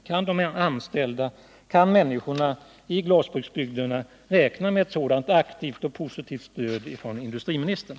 Kan de anställda och människorna i glasbruksbygderna räkna med ett sådant aktivt och positivt stöd från industriministern?